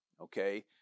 okay